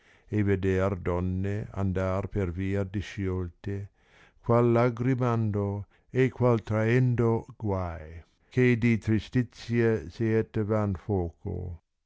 e veder donne andar per via disciolte qnal lagamando e qual traendo guai che di tristizia saettavan foco